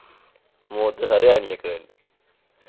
मौत ते सारें आनी ऐ इक दिन